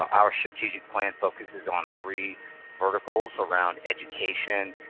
our strategic plan focuses on three verticals around education,